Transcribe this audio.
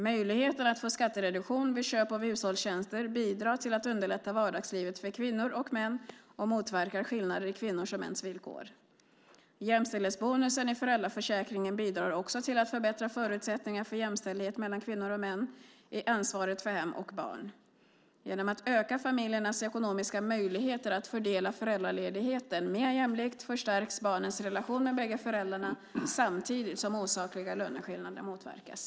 Möjligheten att få skattereduktion vid köp av hushållstjänster bidrar till att underlätta vardagslivet för kvinnor och män och motverkar skillnader i kvinnors och mäns villkor. Jämställdhetsbonusen i föräldraförsäkringen bidrar också till att förbättra förutsättningarna för jämställdhet mellan kvinnor och män i ansvaret för hem och barn. Genom att öka familjernas ekonomiska möjligheter att fördela föräldraledigheten mer jämlikt förstärks barnens relation med bägge föräldrarna samtidigt som osakliga löneskillnader motverkas.